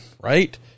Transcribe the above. right